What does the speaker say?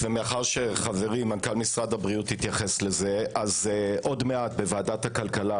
ומאחר שחברי מנכ"ל משרד הבריאות התייחס לזה עוד מעט בוועדת הכלכלה,